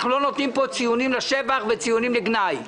אנחנו לא נותנים פה ציונים לשבח וציונים לגנאי.